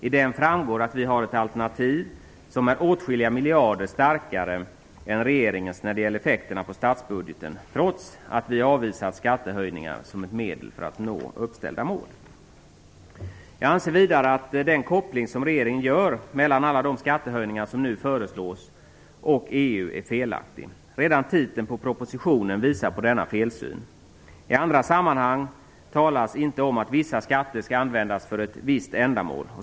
I den framgår att vi har ett alternativ som är åtskilliga miljarder starkare än regeringens när det gäller effekterna på stadsbudgeten, trots att vi avvisat skattehöjningar som ett medel för att nå uppställda mål. Jag anser vidare att den koppling som regeringen gör mellan alla de skattehöjningar, som nu föreslås och medlemsavgiften till EU är felaktig. Redan titeln på propositionen visar på denna felsyn. I andra sammanhang talas det inte om att vissa skatter skall användas för ett visst ändamål.